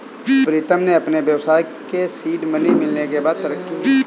प्रीतम के अपने व्यवसाय के सीड मनी मिलने के बाद तरक्की हुई हैं